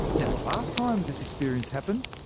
yeah the last time this experience happened,